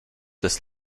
this